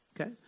Okay